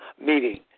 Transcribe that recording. meeting